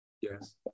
Yes